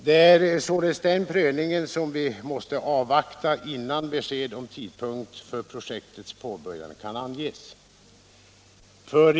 Det är således den prövningen som vi måste avvakta innan besked om tidpunkt för projektets påbörjande kan ges.